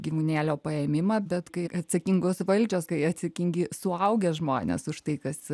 gyvūnėlio paėmimą bet kai atsakingos valdžios kai atsakingi suaugę žmonės už tai kas